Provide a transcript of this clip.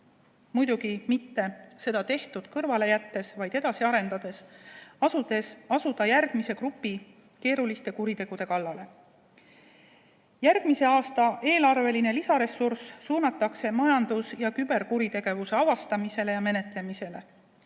muidugi mitte seda tehtut kõrvale jättes, vaid edasi arendades, asuda järgmise grupi keeruliste kuritegude kallale. Järgmise aasta eelarveline lisaressurss suunatakse majandus- ja küberkuritegevuse avastamisele ja menetlemisele.